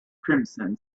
crimson